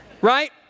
right